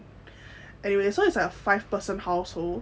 anyway so it's like five person household